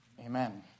Amen